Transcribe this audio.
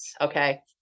okay